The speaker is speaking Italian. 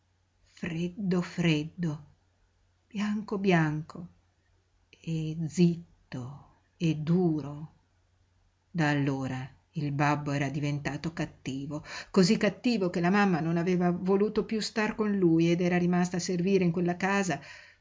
freddo freddo bianco bianco e zitto e duro da allora il babbo era diventato cattivo cosí cattivo che la mamma non aveva voluto piú star con lui ed era rimasta a servire in quella casa